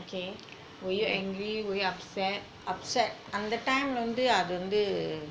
okay were you angry were you upset